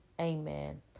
Amen